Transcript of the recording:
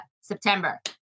September